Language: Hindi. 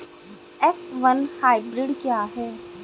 एफ वन हाइब्रिड क्या है?